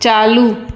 चालू